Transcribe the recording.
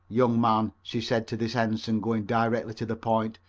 young man, she said to this ensign, going directly to the point,